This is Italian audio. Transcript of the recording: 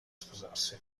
sposarsi